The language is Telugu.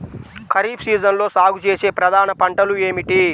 ఖరీఫ్ సీజన్లో సాగుచేసే ప్రధాన పంటలు ఏమిటీ?